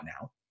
now